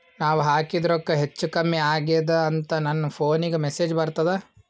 ನಾವ ಹಾಕಿದ ರೊಕ್ಕ ಹೆಚ್ಚು, ಕಮ್ಮಿ ಆಗೆದ ಅಂತ ನನ ಫೋನಿಗ ಮೆಸೇಜ್ ಬರ್ತದ?